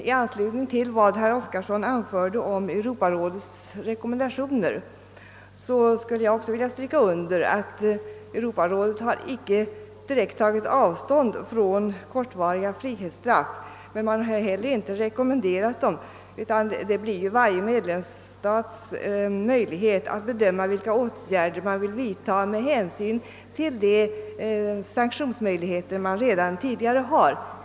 I anslutning till vad herr Oskarson anförde om Europarådets re kommendationer skulle jag också vilja stryka under att Europarådet icke har direkt tagit avstånd från kortvariga frihetsstraff men inte heller rekommenderat sådana straff, utan varje medlemsstat har möjlighet att bedöma vilka åtgärder den vill vidta med hänsyn till de sanktionsmöjligheter den redan tidigare har.